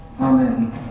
amen